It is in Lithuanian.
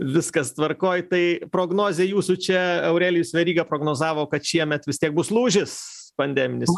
viskas tvarkoj tai prognozė jūsų čia aurelijus veryga prognozavo kad šiemet vis tiek bus lūžis pandeminis